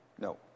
No